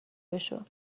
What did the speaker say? بشو